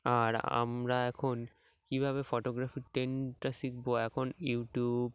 আর আমরা এখন কীভাবে ফটোগ্রাফির ট্রেন্ডটা শিখবো এখন ইউটিউব